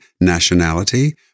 nationality